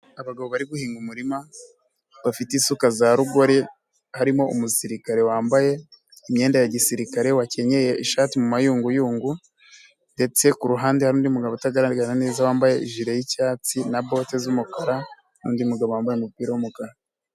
Abagabo bari guhinga umurima bafite isuka za rugori harimo umusirikare wambaye imyenda ya gisirikare wakenyeye ishati mu mayunguyungu ndetse ku ruhande hari undi mugabo utagaragara neza wambaye ijire y'icyatsi na bote z'umukara n'undi mugabo wambaye umupira w'umukara.